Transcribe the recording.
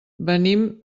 venim